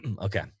Okay